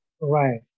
Right